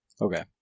Okay